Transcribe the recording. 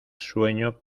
sueño